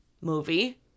movie